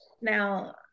Now